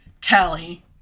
Tally